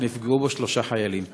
שנפגעו בו שלושה חיילים.